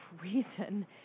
reason